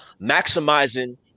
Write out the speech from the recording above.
maximizing